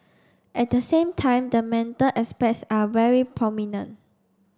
at the same time the mental aspects are very prominent